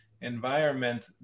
environment